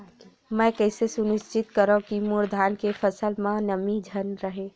मैं कइसे सुनिश्चित करव कि मोर धान के फसल म नमी झन रहे?